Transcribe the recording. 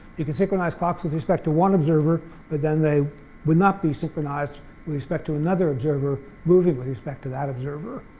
you could synchronize clocks with respect to one observer but then they would not be synchronized with respect to another observer moving with respect to that observer.